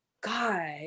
God